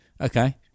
Okay